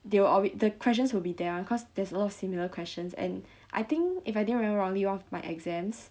they will alwa~ the questions will be there [one] cause there's a lot of similar questions and I think if I didn't remember wrongly one of my exams the